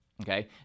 Okay